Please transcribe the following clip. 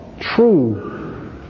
true